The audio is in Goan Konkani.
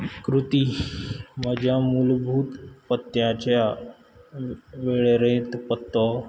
कृती म्हज्या मुलभूत पत्त्याच्या वेळेरेंत पत्तो